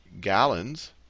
Gallons